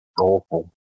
awful